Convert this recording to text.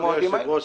המועדים האלה?